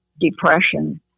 depression